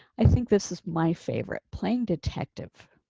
i think this is my favorite playing detective.